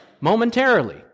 momentarily